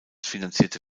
finanzierte